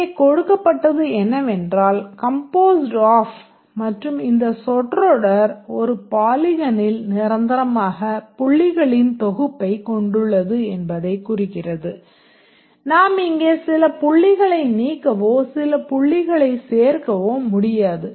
இங்கே கொடுக்கப்பட்டது என்னவென்றால் composed of மற்றும் இந்த சொற்றொடர் ஒரு பாலிகனில் நிரந்தரமாக புள்ளிகளின் தொகுப்பைக் கொண்டுள்ளது என்பதைக் குறிக்கிறது நாம் இங்கே சில புள்ளிகளை நீக்கவோ சில புள்ளிகளை சேர்க்கவோ முடியாது